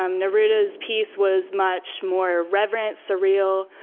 um neruda's piece was much more reverent, surreal,